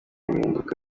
guhinduka